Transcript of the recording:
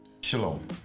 Shalom